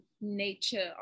nature